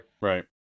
Right